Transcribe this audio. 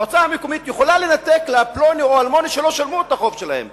המועצה המקומית יכולה לנתק לפלוני או לאלמוני שלא שילמו את החוב שלהם.